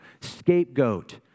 scapegoat